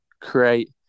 create